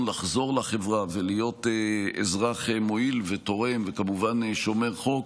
לחזור לחברה ולהיות אזרח מועיל ותורם וכמובן שומר חוק,